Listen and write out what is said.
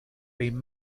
been